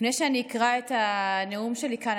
לפני שאני אקרא את הנאום שלי כאן,